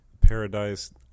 Paradise